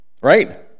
Right